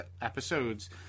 episodes